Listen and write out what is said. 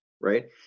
Right